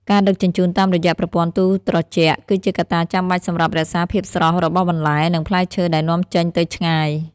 ការដឹកជញ្ជូនតាមរយៈប្រព័ន្ធទូត្រជាក់ គឺជាកត្តាចាំបាច់សម្រាប់រក្សាភាពស្រស់របស់បន្លែ និងផ្លែឈើដែលនាំចេញទៅឆ្ងាយ។